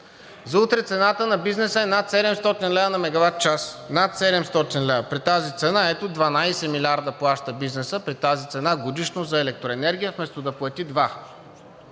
За утре цената на бизнеса е над 700 лв. на мегаватчас. Над 700 лв. при тази цена. Ето, 12 милиарда плаща бизнесът при тази цена годишно за електроенергия, вместо да плати